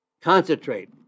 concentrate